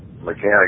mechanic